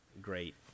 great